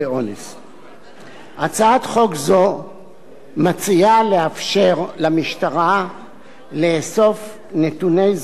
הצעת חוק זו מציעה לאפשר למשטרה לאסוף נתוני זיהוי של הנכנסים לארץ